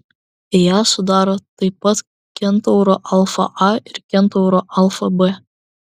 ją sudaro taip pat kentauro alfa a ir kentauro alfa b